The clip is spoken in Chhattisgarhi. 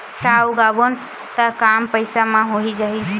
का उगाबोन त कम पईसा म हो जाही?